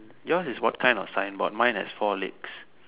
yours is what kind of signboard mine is four legs